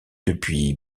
depuis